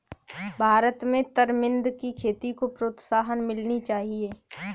भारत में तरमिंद की खेती को प्रोत्साहन मिलनी चाहिए